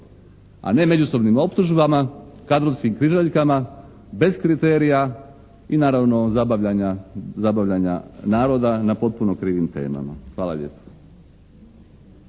A ne međusobnim optužbama, kadrovskim križaljkama bez kriterija i naravno zabavljanja, zabavljanja naroda na potpuno krivim temama. Hvala lijepa.